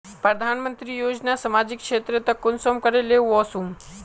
प्रधानमंत्री योजना सामाजिक क्षेत्र तक कुंसम करे ले वसुम?